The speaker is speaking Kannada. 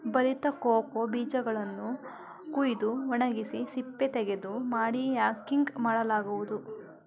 ಬಲಿತ ಕೋಕೋ ಬೀಜಗಳನ್ನು ಕುಯ್ದು ಒಣಗಿಸಿ ಸಿಪ್ಪೆತೆಗೆದು ಮಾಡಿ ಯಾಕಿಂಗ್ ಮಾಡಲಾಗುವುದು